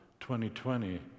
2020